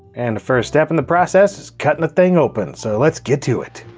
and the first step in the process, is cuttin' the thing open. so let's get to it.